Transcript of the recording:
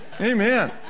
Amen